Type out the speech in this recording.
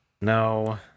No